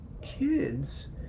kids